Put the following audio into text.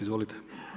Izvolite.